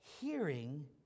hearing